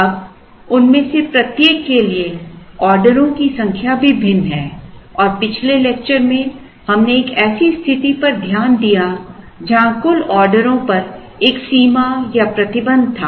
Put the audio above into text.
अब उनमें से प्रत्येक के लिए ऑर्डरों की संख्या भी भिन्न है और पिछले लेक्चर में हमने एक ऐसी स्थिति पर ध्यान दिया जहां कुल ऑर्डरों पर एक सीमा या प्रतिबंध था